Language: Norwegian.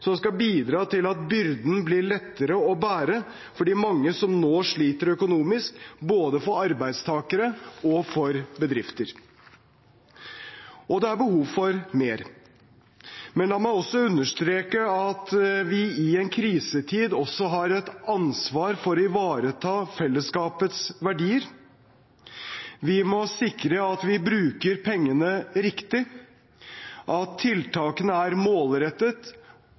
som skal bidra til at byrden blir lettere å bære for de mange som nå sliter økonomisk – både arbeidstakere og bedrifter – og det er behov for mer. Men la meg også understreke at vi i en krisetid også har et ansvar for å ivareta fellesskapets verdier. Vi må sikre at vi bruker pengene riktig, at tiltakene er målrettet,